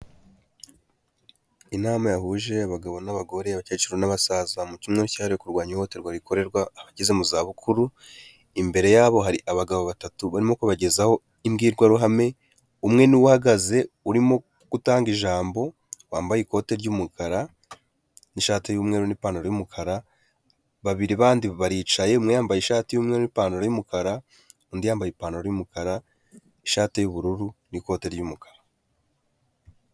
Inama yahuje abagabo n'abagore, abakecuru n'abasaza mu cyumweru cyahariwe kurwanya ihohoterwa rikorerwa abageze mu zabukuru, imbere yabo hari abagabo batatu barimo kubagezaho imbwirwaruhame, umwe ahagaze urimo gutanga ijambo wambaye ikote ry'umukara n'ishati y'umweru n'ipantaro y'umukara, babiri abandi baricaye umwe yambaye ishati y'umweru nipantaro y'umukara undi yambaye ipantaro y'umukara, ishati y'ubururu n'ikote ry'umukara.